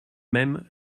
même